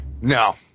No